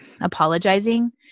apologizing